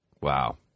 Wow